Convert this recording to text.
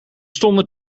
stonden